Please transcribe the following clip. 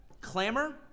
clamor